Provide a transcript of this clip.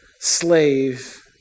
slave